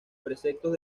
preceptos